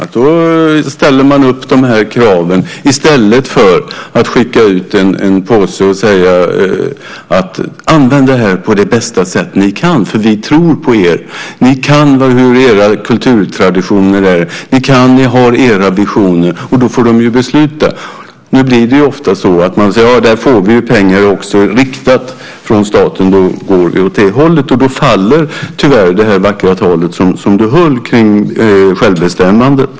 Man ställer upp de här kraven i stället för att skicka ut en påse och säga: Använd det här på det bästa sätt ni kan, för vi tror på er. Ni kan hur era kulturtraditioner fungerar. Ni har era visioner. Då får de besluta. Nu blir det ofta så att man säger: Till det får vi riktade pengar från staten, då går vi åt det hållet. Då faller tyvärr det vackra tal som du höll om självbestämmandet.